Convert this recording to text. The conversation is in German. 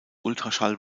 ultraschall